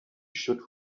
should